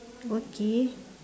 okay